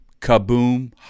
kaboom